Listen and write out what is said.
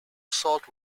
salt